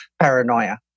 paranoia